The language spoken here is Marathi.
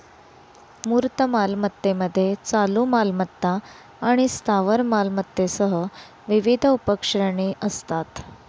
मूर्त मालमत्तेमध्ये चालू मालमत्ता आणि स्थावर मालमत्तेसह विविध उपश्रेणी असतात